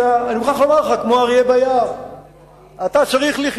בפוליטיקה, אני מוכרח לומר לך, כמו אריה ביער.